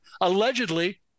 Allegedly